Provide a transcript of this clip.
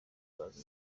bazi